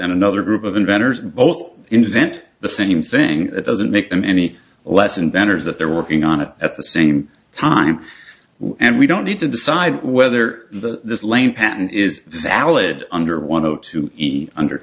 and another group of inventors both invent the same thing it doesn't make them any less inventors that they're working on it at the same time and we don't need to decide whether the claim patent is valid under one of two und